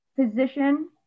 position